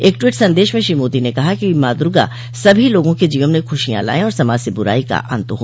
एक टवीट सदेश में श्री मोदी ने कहा कि माँ दूर्गा सभी लोगों के जीवन में खुशियां लाये और समाज से बुराई का अंत हो